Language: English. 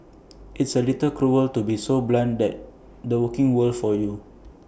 it's A little cruel to be so blunt but that's the working world for you